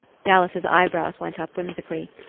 dallas's eye brows went up whimsically.